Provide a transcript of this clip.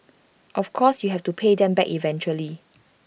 of course you have to pay them back eventually